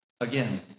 again